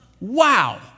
Wow